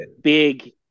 big